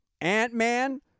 Ant-Man